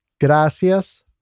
Gracias